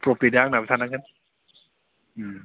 प्रफिटआ आंहाबो थानांगोन